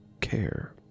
care